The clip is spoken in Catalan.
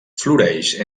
floreix